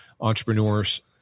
entrepreneurs